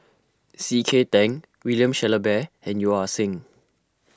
C K Tang William Shellabear and Yeo Ah Seng